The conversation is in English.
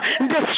destroy